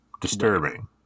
disturbing